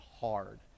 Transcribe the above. hard